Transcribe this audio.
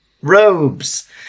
robes